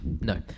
No